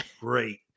great